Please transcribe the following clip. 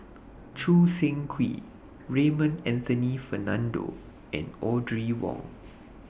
Choo Seng Quee Raymond Anthony Fernando and Audrey Wong